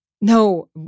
No